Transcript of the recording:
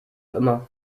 immer